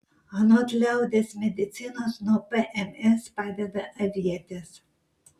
anot liaudies medicinos nuo pms padeda avietės